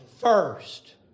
first